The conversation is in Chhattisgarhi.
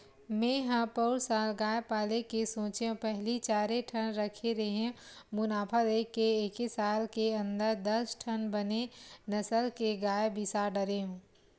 मेंहा पउर साल गाय पाले के सोचेंव पहिली चारे ठन रखे रेहेंव मुनाफा देख के एके साल के अंदर दस ठन बने नसल के गाय बिसा डरेंव